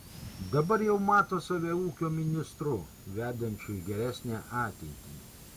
dabar jau mato save ūkio ministru vedančiu į geresnę ateitį